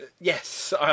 Yes